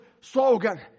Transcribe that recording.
slogan